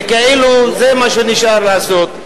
וכאילו זה מה שנשאר לעשות.